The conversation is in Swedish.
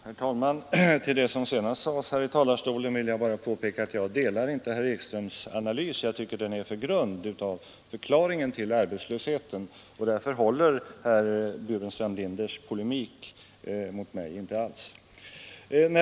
Herr talman! Till det som senast sades här i talarstolen vill jag bara påpeka att jag inte instämmer i herr Ekströms analys. Jag tycker den är för grund som förklaring till arbetslösheten. Därför håller herr Burenstam Linders polemik mot mig inte alls.